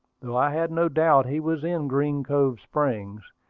though i had no doubt he was in green cove springs,